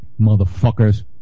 Motherfuckers